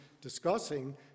discussing